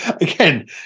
again